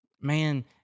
man